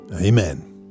Amen